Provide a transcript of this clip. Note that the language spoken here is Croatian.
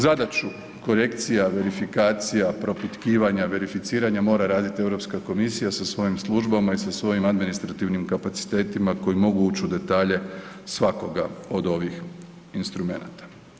Zadaću korekcija verifikacija, propitkivanja, verificiranja mora raditi EU komisija sa svojim službama i sa svojim administrativnim kapacitetima koji mogu ući u detalje svakoga od ovih instrumenata.